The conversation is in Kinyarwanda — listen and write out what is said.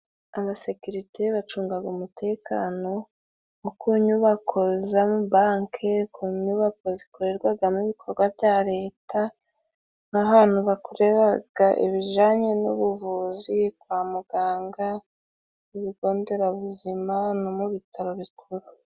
Abasekirite bacungaga umutekano wo ku nyubako z'amabanki, ku nyubako zikorerwagamo ibikorwa bya leta nk'ahantu bakoreraga ibijanye n'ubuvuzi, kwa muganga ku bigo nderabuzima no mu bitaro bikuru.